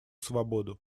свободу